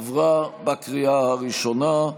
עברה בקריאה ראשונה,